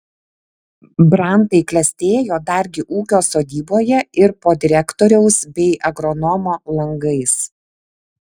brantai klestėjo dargi ūkio sodyboje ir po direktoriaus bei agronomo langais